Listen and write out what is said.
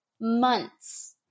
months